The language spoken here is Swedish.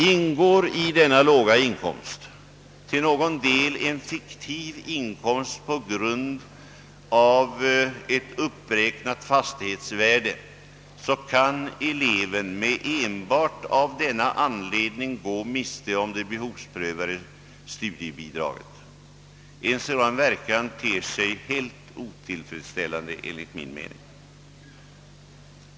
Ingår i denna låga inkomst till någon del en fiktiv inkomst på grund av ett höjt fastighetsvärde, kan eieven enbart av denna anledning gå miste om det behovsprövade tillägget. En sådan verkan ter sig helt otillfredsställande enligt min mening.